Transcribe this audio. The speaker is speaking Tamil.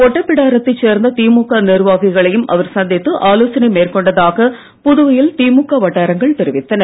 ஒட்டபிடாரத்தைச் சேர்ந்த திமுக நிர்வாகிகளையும் அவர் சந்தித்து ஆலோசனை மேற்கொண்டதாக புதுவையில் திமுக வட்டாரங்கள் தெரிவித்தன